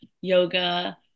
yoga